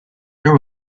there